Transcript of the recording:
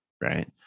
Right